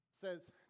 says